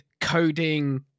coding